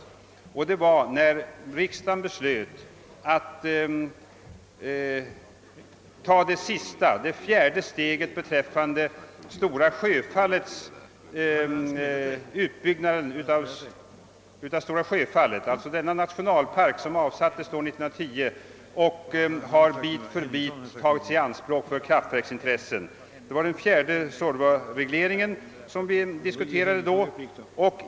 Den ägde rum i samband med att riksdagen peslöt att ta det fjärde steget beträffande kraftverksutbyggnaden inom Stora Sjöfallets nationalpark. Den kom till år 1910 och har bit för bit tagits i anspråk för kraftverksändamål. Det var den fjärde Suorvaregleringen som då diskuterades.